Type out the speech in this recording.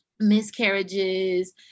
miscarriages